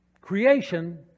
Creation